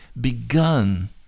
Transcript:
begun